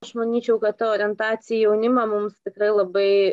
aš manyčiau kad ta orientacija į jaunimą mums tikrai labai